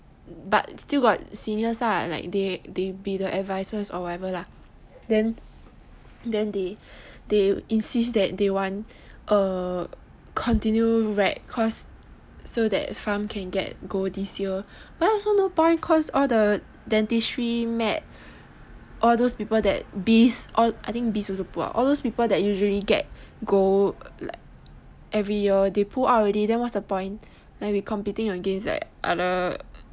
but still got seniors lah like they be the vices or whatever lah then they insist they want err to continue rag cause so that pharm can get gold this year but then also no point cause all the dentistry med all those people that biz I think biz also pull out all those people that usually get gold every year they pull out already then what's the point in competing against other